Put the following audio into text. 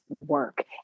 work